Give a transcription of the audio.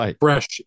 fresh